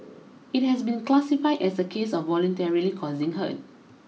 it has been classified as a case of voluntarily causing hurt